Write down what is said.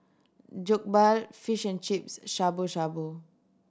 Jokbal Fish and Chips Shabu Shabu